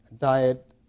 Diet